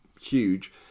huge